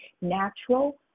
natural